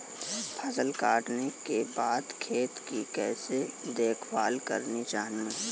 फसल काटने के बाद खेत की कैसे देखभाल करनी चाहिए?